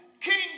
King